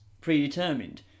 predetermined